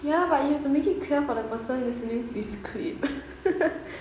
ya but you have to make it clear for the person that's doing the script